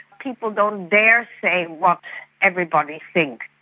people don't dare say what everybody thinks.